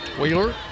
Wheeler